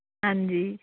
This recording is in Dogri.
हां जी